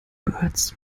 birds